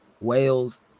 Wales